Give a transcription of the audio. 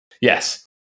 Yes